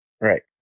Right